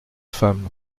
femmes